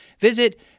Visit